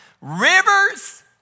rivers